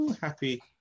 happy